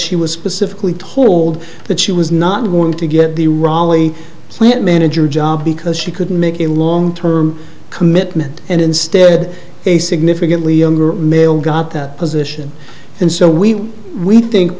she was specifically told that she was not want to get the raleigh plant manager job because she couldn't make a long term commitment and instead a significantly younger male got that position and so we we think